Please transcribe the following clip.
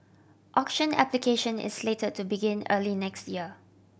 auction application is slate to begin early next year